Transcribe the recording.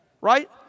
Right